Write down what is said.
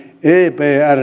ebrd